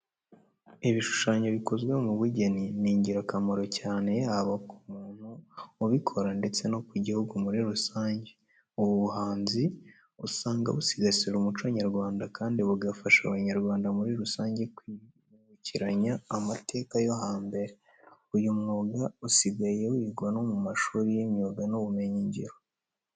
Ibishushanyo bikozwe mu bugeni ni ingirakamaro cyane yaba ku muntu ubikora ndetse no ku gihugu muri rusange. Ubu buhanzi usanga busigasira umuco nyarwanda kandi bugafasha abanyarwanda muri rusange kwibukiranya amateka yo hambere. Uyu mwuga usigaye wigwa no mu mashuri y'imyuga n'ubumenyingiro.